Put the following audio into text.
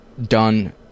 done